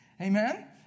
Amen